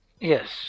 yes